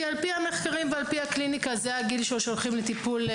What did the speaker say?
כי על פי המחקרים ועל פי הקליניקה זה הגיל שהולכים לטיפול,